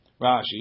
Rashi